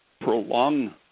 prolong